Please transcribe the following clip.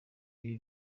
bibi